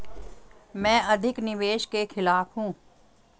मैं अधिक निवेश के खिलाफ हूँ